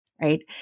right